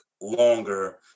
longer